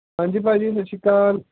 ਹਾਂਜੀ ਭਾਅ ਜੀ ਸਤਿ ਸ਼੍ਰੀ ਅਕਾਲ